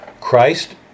Christ